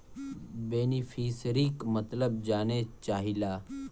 बेनिफिसरीक मतलब जाने चाहीला?